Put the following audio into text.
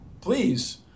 please